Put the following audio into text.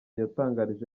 yatangarije